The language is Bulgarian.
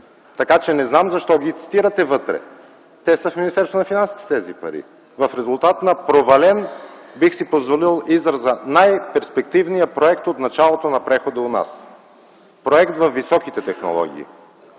Така че не знам защо ги цитирате вътре. Тези пари са в Министерството на финансите в резултат на провален, бих си позволил израза, най-перспективния проект от началото на прехода у нас. Проект във високите технологии,